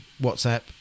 WhatsApp